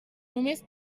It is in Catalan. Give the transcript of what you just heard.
només